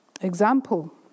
example